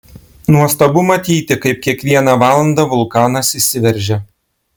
nuostabu matyti kaip kiekvieną valandą vulkanas išsiveržia